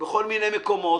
בכל מיני מקומות,